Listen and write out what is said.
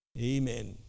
Amen